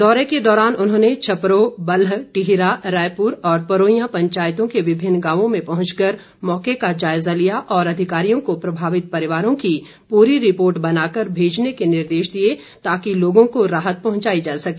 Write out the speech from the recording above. दौरे के दौरान उन्होंने छपरोह बल्ह टीहरा रायपुर और परोईयां पंचायतों के विभिन्न गांवों में पहुंचकर मौके का जायजा लिया और अधिकारियों को प्रभावित परिवारों की पूरी रिपोर्ट बनाकर भेजने के निर्देश दिए ताकि लोगों को राहत पहुंचाई जा सके